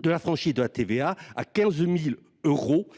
de la franchise de TVA à 15 000 euros